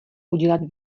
udělat